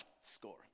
score